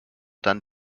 dann